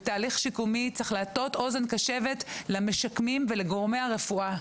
ובתהליך שיקומי צריך להטות אוזן קשבת למשקמים ולגורמי הרפואה.